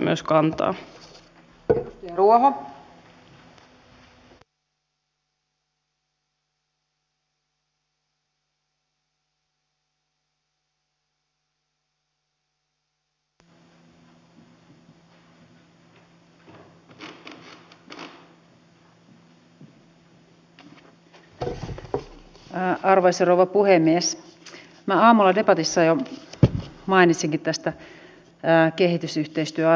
olen pahoillani siitä että kun niin moneen muuhun asiaan laitettiin reilusti lisää rahaa niin tässä on kyllä